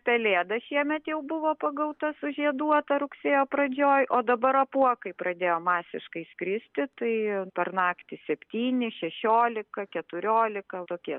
pelėda šiemet jau buvo pagauta sužieduota rugsėjo pradžioj o dabar apuokai pradėjo masiškai skristi tai per naktį septyni šešiolika keturiolika tokie